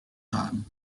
time